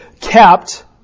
kept